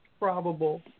Probable